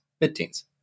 mid-teens